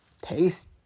taste